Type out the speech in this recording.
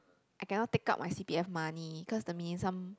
I cannot take out my c_p_f money cause the minimum sum